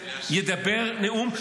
ידבר נאום,